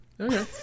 Okay